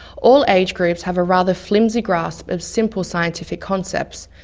all age groups have a rather flimsy grasp of simple scientific concepts,